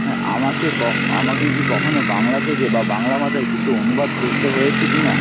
হ্যাঁ আমাকে ক আমাকে কি কখনও বাংলা থেকে বা বাংলা ভাষায় কিছু অনুবাদ করতে হয়েছে কি না